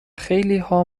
خیلیها